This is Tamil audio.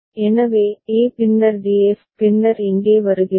எனவே e பின்னர் df பின்னர் இங்கே வருகிறது